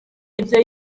ibyo